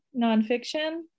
nonfiction